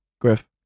Griff